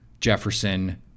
Jefferson